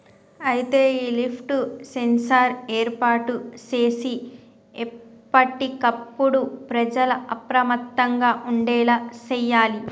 అయితే ఈ lift sensor ఏర్పాటు సేసి ఎప్పటికప్పుడు ప్రజల అప్రమత్తంగా ఉండేలా సేయాలి